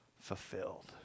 fulfilled